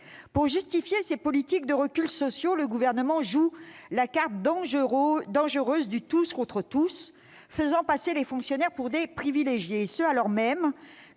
Pour justifier ces politiques de reculs sociaux, le Gouvernement joue la carte dangereuse du tous contre tous, faisant passer les fonctionnaires pour des privilégiés, et ce alors même